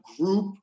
group